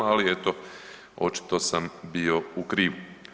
Ali eto očito sam bio u krivu.